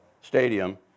stadium